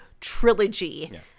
trilogy